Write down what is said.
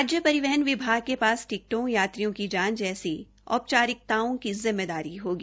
राज्य परिवहन विभाग ने पास टिकटों यात्रियों की जांच जैसी औपचारिकताओं की जिम्मेमदारी होगी